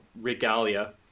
regalia